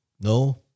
No